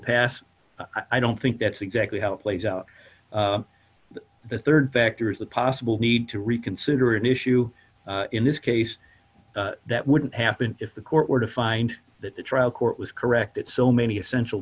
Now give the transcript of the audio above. pass i don't think that's exactly how it plays out the rd factor is the possible need to reconsider an issue in this case that wouldn't happen if the court were to find that the trial court was correct that so many essential